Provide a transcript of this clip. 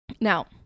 Now